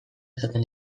esaten